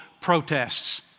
protests